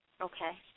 Okay